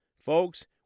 Folks